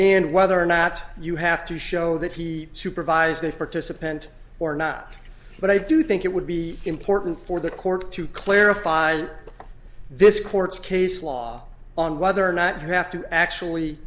and whether or not you have to show that he supervised a participant or not but i do think it would be important for the court to clarify this court's case law on whether or not you have to actually